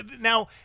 now